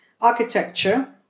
architecture